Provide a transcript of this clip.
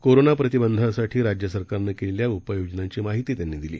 कोरोनाप्रतिबंधासाठीराज्यसरकारनंकेलेल्याउपाययोजनांचीमाहितीत्यांनीदिली